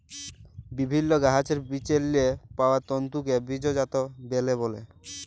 বিভিল্ল্য গাহাচের বিচেল্লে পাউয়া তল্তুকে বীজজাত ব্যলে